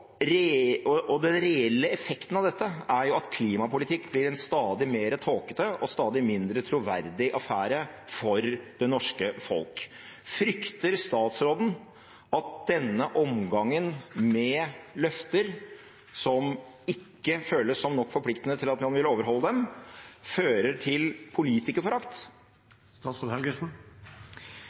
den reelle effekten av dette er at klimapolitikk blir en stadig mer tåkete og stadig mindre troverdig affære for det norske folk. Frykter statsråden at denne omgangen med løfter som ikke føles som nok forpliktende til at man vil overholde dem, fører til politikerforakt?